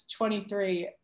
23